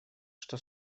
что